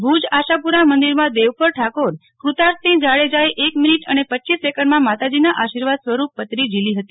ભુજ આશાપુરા મંદિરમાં દેવપર ઠાકોર કૃતાર્થસિંહ જાડેજા એ એક મિનિટ અને પચીસ સેકન્ડ માં માતાજીના આશીર્વાદ સ્વરૂપ પતરી ઝીલી હતી